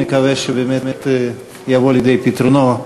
ונקווה שבאמת יבוא לידי פתרונו,